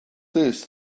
this